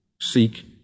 Seek